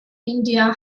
india